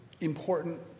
important